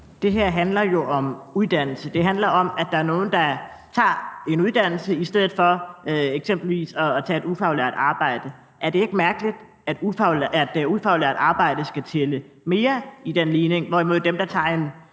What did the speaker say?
Det her handler jo om uddannelse. Det handler om, at der er nogle, tager en uddannelse, i stedet for eksempelvis at tage et ufaglært arbejde. Er det ikke mærkeligt, at ufaglært arbejde skal tælle mere i den ligning, når dem, der tager en